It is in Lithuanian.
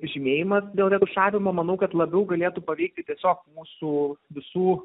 žymėjimas dėl retušavimo manau kad labiau galėtų paveikti tiesiog mūsų visų